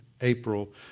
April